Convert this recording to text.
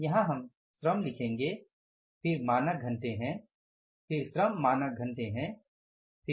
हम यहाँ श्रम लिखेंगे फिर मानक घंटे है फिर श्रम मानक घंटे है फिर मानक दर है